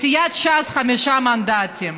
לסיעת ש"ס חמישה מנדטים,